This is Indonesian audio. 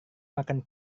makan